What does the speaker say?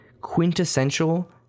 quintessential